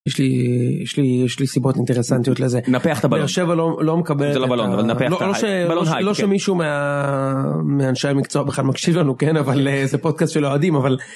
יש לי יש לי יש לי סיבות אינטרסנטיות לזה נפח ת'בלון אבל לא מקבל לא בלון הייפ לא שמישהו מהאנשי המקצוע בכלל מקשיב לנו כן אבל זה פודקאסט של אוהדים אבל.